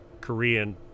Korean